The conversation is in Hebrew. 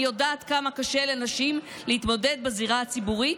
אני יודעת כמה קשה לנשים להתמודד בזירה הציבורית,